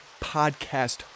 podcast